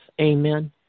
Amen